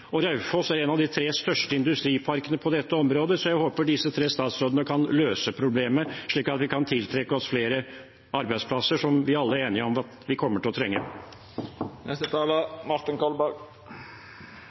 Og Raufoss er en av de tre største industriparkene på dette området, så jeg håper disse tre statsrådene kan løse problemet, slik at vi kan tiltrekke oss flere arbeidsplasser, som vi alle er enige om at vi kommer til å trenge.